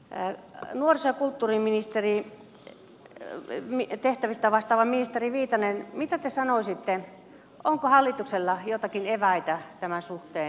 nuoriso ja kulttuuriministerin tehtävistä vastaava ministeri viitanen mitä te sanoisitte onko hallituksella joitakin eväitä tämän suhteen